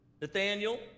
Nathaniel